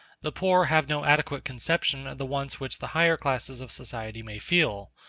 the poor have no adequate conception of the wants which the higher classes of society may feel.